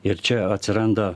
ir čia atsiranda